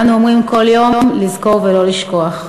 ואנו אומרים כל יום: לזכור ולא לשכוח.